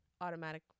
Automatic